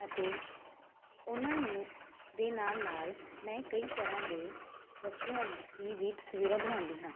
ਅਤੇ ਉਨ੍ਹਾਂ ਨੂੰ ਦੇ ਨਾਲ ਨਾਲ ਮੈਂ ਕਈ ਤਰ੍ਹਾਂ ਦੇ ਵਸਤੂਆਂ ਦੀ ਵੀ ਤਸਵੀਰਾਂ ਬਣਾਉਂਦੀ ਹਾਂ